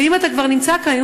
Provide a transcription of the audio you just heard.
ואם אתה כבר נמצא כאן,